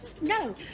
No